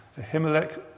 Ahimelech